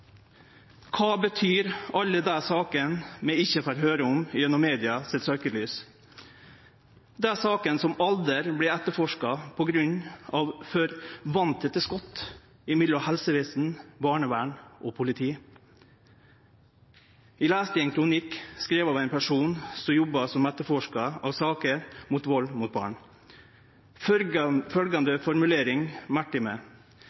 Kva betyr alle dei sakene vi ikkje får høyre om gjennom søkelyset til media – dei sakene som aldri vert etterforska på grunn av for vasstette skott mellom helsevesen, barnevern og politi? Eg las ein kronikk skriven av ein person som jobbar som etterforskar av saker med vald mot barn,